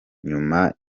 nyuma